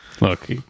Look